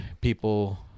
people